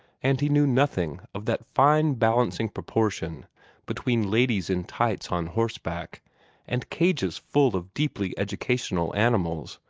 and he knew nothing of that fine balancing proportion between ladies in tights on horseback and cages full of deeply educational animals,